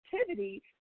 activity